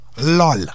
LOL